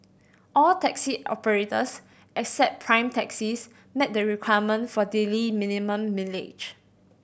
all taxi operators except Prime Taxis met the requirement for daily minimum mileage